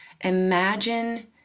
Imagine